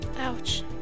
Ouch